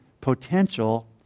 potential